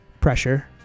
pressure